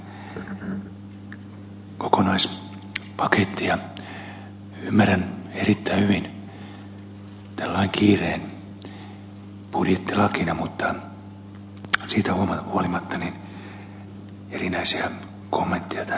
ymmärrän erittäin hyvin tämän lain kiireen budjettilakina mutta siitä huolimatta erinäisiä kommentteja tämän lain sisältöön